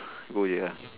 go ahead ah